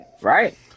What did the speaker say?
right